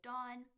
Dawn